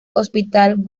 hospital